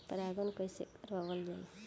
परागण कइसे करावल जाई?